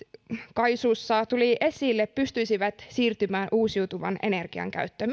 kaisussa tuli esille pystyisivät siirtymään uusiutuvan energian käyttöön